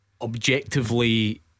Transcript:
Objectively